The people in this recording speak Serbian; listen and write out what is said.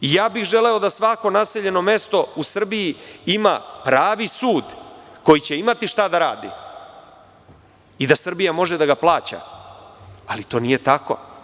I želeo bih da svako naseljeno mesto u Srbiji ima pravi sud, koji će imati šta da radi i da Srbija može da ga plaća ali to nije tako.